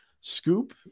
scoop